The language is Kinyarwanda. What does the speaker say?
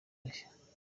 bashya